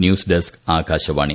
news desk Akashvani